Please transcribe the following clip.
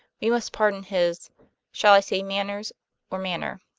we must pardon his shall i say manners or manner?